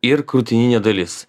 ir krūtininė dalis